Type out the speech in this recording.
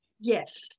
Yes